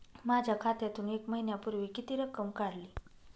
माझ्या खात्यातून एक महिन्यापूर्वी किती रक्कम काढली?